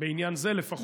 בעניין זה לפחות,